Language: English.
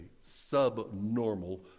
subnormal